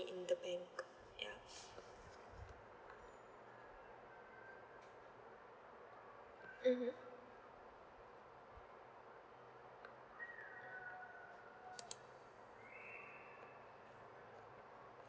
in the bank ya mmhmm